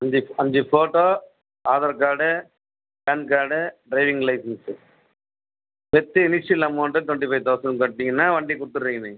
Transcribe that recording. அஞ்சு அஞ்சு photo Aadhaar card PAN card driving licence with initial amount twenty five thousand காட்டுனிங்கனா வண்டி கொடுத்துடுவிங்க நீங்கள்